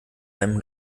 einem